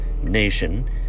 nation